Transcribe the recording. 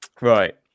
Right